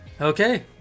Okay